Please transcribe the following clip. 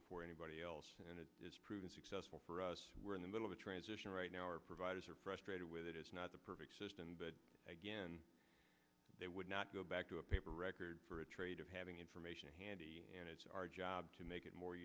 before anybody else and it is proven successful for us we're in the middle of a transition right now our providers are frustrated with it is not the perfect system but again they would not go back to a paper record for a trade of having information handy and it's our job to make it more